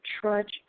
trudge